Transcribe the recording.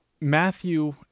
Matthew